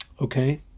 Okay